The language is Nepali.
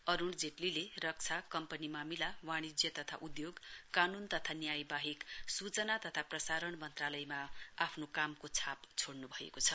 अरूण जेट्लीले रक्षा कम्पनी मामिला वाणिज्य तथा उद्योग कानून तथा न्याय बाहेक सूचना तथा प्रसारण मन्त्रालयमा आफ्नो कामको छाप छोड्नु भएको छ